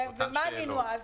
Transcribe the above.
ומה ענינו אז?